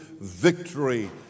victory